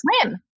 swim